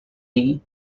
and